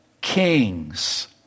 kings